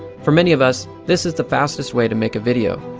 for many of us, this is the fastest way to make a video.